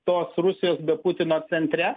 tos rusijos be putino centre